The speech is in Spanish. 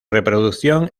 reproducción